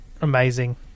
Amazing